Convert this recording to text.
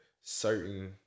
certain